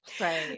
Right